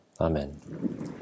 Amen